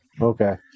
okay